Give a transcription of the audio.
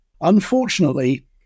Unfortunately